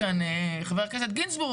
חבר הכנסת גינזבורג,